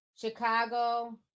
Chicago